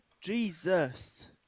Jesus